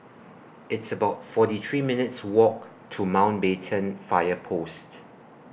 It's about forty three minutes' Walk to Mountbatten Fire Post